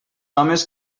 homes